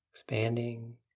Expanding